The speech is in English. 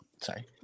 sorry